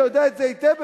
אתה יודע את זה היטב,